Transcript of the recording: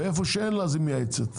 ואיפה שאין לה אז היא מייעצת,